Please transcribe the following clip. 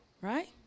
Right